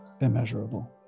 immeasurable